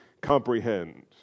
comprehend